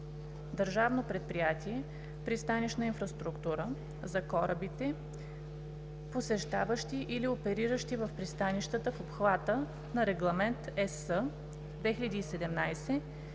Държавно предприятие „Пристанищна инфраструктура“ – за корабите, посещаващи или опериращи в пристанищата в обхвата на Регламент (ЕС)